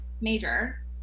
major